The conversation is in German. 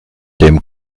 dem